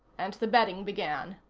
and the betting began.